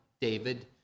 David